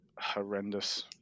horrendous